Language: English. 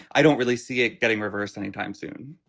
i don't really see it getting reversed anytime soon